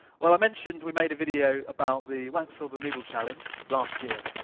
well, i mentioned we made a video about the wanko soba noodle challenge last year.